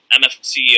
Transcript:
MFCEO